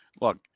look